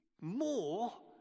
more